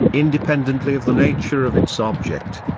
independently of the nature of its object.